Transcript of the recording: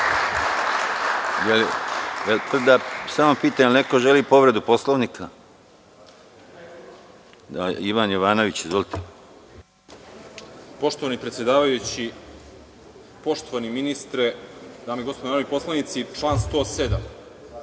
Poštovani predsedavajući, poštovani ministre, dame i gospodo narodni poslanici, član 107.